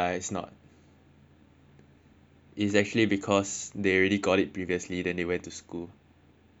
it's actually because they really caught it previously then they went to school